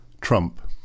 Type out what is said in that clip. Trump